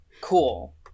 Cool